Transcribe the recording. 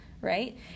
right